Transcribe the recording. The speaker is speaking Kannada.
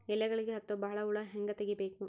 ಎಲೆಗಳಿಗೆ ಹತ್ತೋ ಬಹಳ ಹುಳ ಹಂಗ ತೆಗೀಬೆಕು?